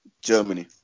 Germany